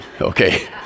okay